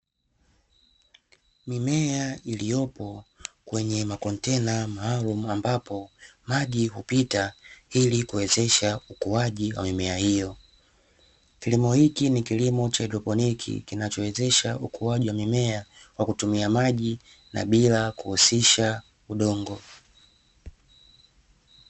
Mimea iliyopo kwenye makontena maalumu ambapo maji hupita ili kuwezesha ukuaji wa mimea hiyo, hiki ni kilimo cha triponiki kinachowezesha ukuaji wa mimea kwa kutumia maji na bila kuhusisha udongo.